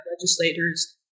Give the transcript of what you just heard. legislators